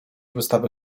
wystawy